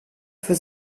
für